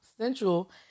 Central